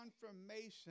confirmation